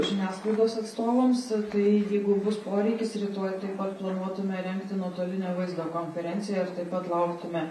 žiniasklaidos atstovams tai jeigu bus poreikis rytoj taip pat planuotume rengti nuotolinę vaizdo konferenciją ir taip pat lauktume